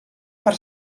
per